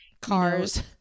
Cars